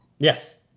Yes